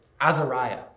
Azariah